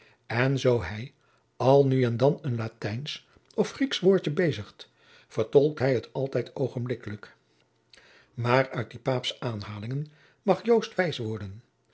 en zoo hij al nu en dan een latijnsch of grieksch woordje bezigt vertolkt hij het altijd oogenblikkelijk maar uit die paapsche aanhalingen mag joost wijs worden